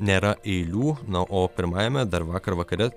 nėra eilių na o pirmajame dar vakar vakare